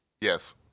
Yes